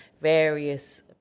various